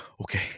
okay